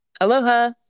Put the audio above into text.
Aloha